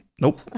Nope